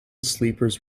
sleepers